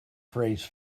phrase